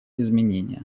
изменения